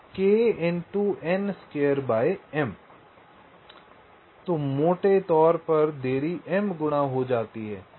तो मोटे तौर पर देरी m गुणा हो जाती है